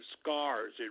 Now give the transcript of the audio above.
scars